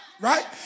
right